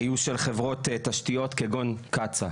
היו של חברות תשתיות כגון קצא"א,